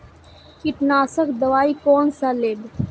कीट नाशक दवाई कोन सा लेब?